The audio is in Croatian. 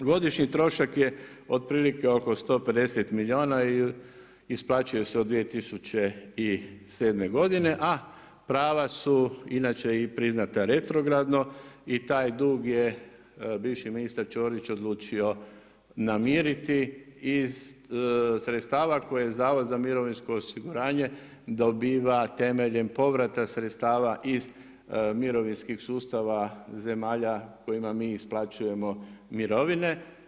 Godišnji trošak je otprilike oko 150 milijuna i isplaćuje se od 2007. godine a prava su inače i priznata retrogradno i taj dug je bivši ministar Ćorić odlučio namiriti iz sredstava koje zavod za mirovinsko osiguranje dobiva temeljem povrata sredstava iz mirovinskih sustava zemalja kojima mi isplaćujemo mirovine.